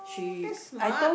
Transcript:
uh that's smart